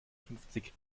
fünfzig